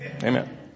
Amen